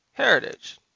heritage